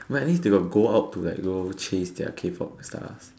but at least they got go out to like go chase their K-pop stars